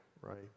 right